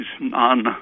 non